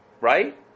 right